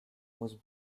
was